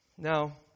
Now